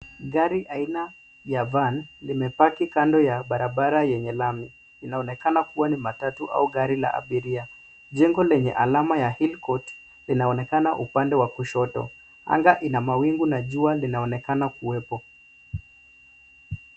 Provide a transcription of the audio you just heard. Gari aina ya van limepaki kando ya barabara yenye lami. Inaonekana kuwa ni matatu au gari la abiria. Jengo lenye alama ya Hill Court linaonekana upande wa kushoto. Anga lina mawingu na jua linaonekana kuwepo